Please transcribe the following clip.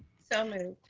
so moved.